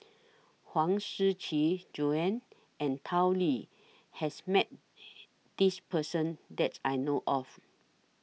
Huang Shiqi Joan and Tao Li has Met This Person that I know of